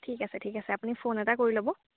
ঠিক আছে ঠিক আছে আপুনি ফোন এটা কৰি ল'ব